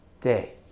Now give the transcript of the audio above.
day